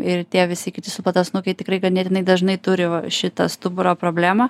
ir tie visi kiti supotasnukiai tikrai ganėtinai dažnai turi va šitą stuburo problemą